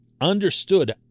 understood